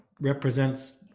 represents